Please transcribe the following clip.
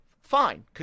fine